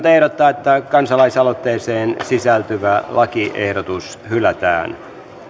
ehdottaa että kansalaisaloitteeseen sisältyvä lakiehdotus hylätään